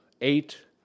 eight